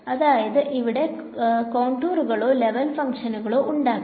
അതായത് അവിടെ കോൺടൂറുകളോ ലെവൽ ഫങ്ക്ഷനുകളോ ഉണ്ടാവാം